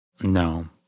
No